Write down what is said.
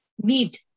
need